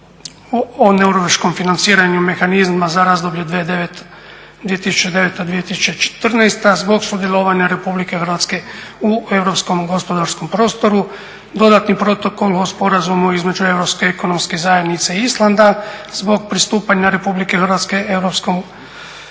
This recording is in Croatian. o norveškom financiranju mehanizma za razdoblje 2009.-2014. zbog sudjelovanja Republike Hrvatske u europskom gospodarskom prostoru, dodatni protokol o Sporazumu između Europske ekonomske zajednice Islanda zbog pristupanja Republike Hrvatske Europskom